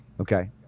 okay